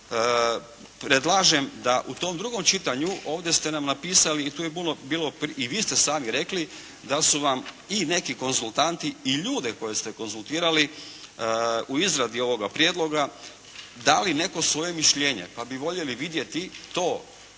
predlažem da u tom drugom čitanju ovdje ste nam napisali i tu je bilo, i vi ste sami rekli, da su vam i neki konzultanti i ljude koje ste konzultirali u izradi ovoga prijedloga dali neko svoje mišljenje pa bi voljeli vidjeti to